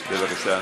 בבקשה.